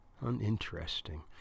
uninteresting